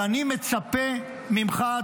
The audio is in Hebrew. ואני מצפה ממך,